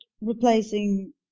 replacing